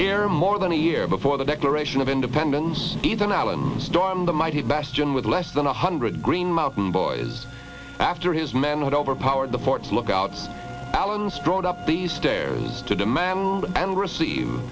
here more than a year before the declaration of independence ethan allen stormed the mighty bastion with less than a hundred green mountain boys after his men had overpowered the forts lookouts allen strode up the stairs to demand and receive